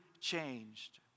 changed